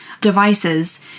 devices